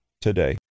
Today